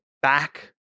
back